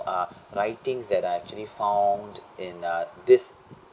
uh writings that are actually found in uh this